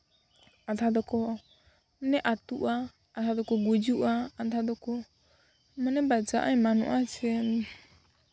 ᱟᱫᱷᱟ ᱫᱚᱠᱚ ᱢᱟᱱᱮ ᱟᱹᱛᱩᱜᱼᱟ ᱟᱫᱷᱟ ᱫᱚᱠᱚ ᱜᱩᱡᱩᱜᱼᱟ ᱟᱫᱷᱟ ᱫᱚᱠᱚ ᱢᱟᱱᱮ ᱵᱟᱡᱟᱜᱼᱟ ᱮᱢᱟᱱᱚᱜᱼᱟ ᱥᱮ